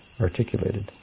articulated